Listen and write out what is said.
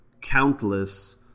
countless